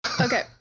Okay